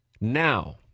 Now